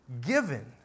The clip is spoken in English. given